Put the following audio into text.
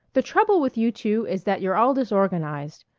the trouble with you two is that you're all disorganized.